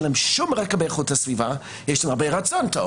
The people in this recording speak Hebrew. להם שום רקע באיכות הסביבה יש להם הרבה רצון טוב